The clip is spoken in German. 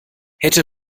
hätte